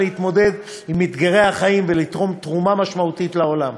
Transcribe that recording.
להתמודד עם אתגרי החיים ולתרום תרומה משמעותית לעולם,